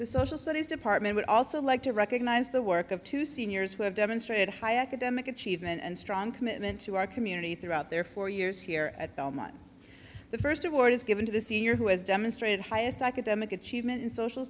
the social studies department would also like to recognize the work of two seniors who have demonstrated high academic achievement and strong commitment to our community throughout their four years here at belmont the first award is given to this year who has demonstrated highest academic achievement in social